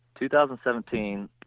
2017